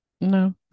No